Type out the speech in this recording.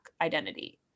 identity